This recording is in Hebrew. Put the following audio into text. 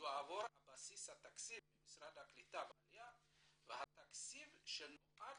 יועבר בסיס התקציב ממשרד העלייה והקליטה והתקציב שנועד